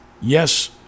Yes